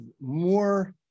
more